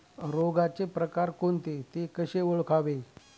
रोगाचे प्रकार कोणते? ते कसे ओळखावे?